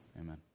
amen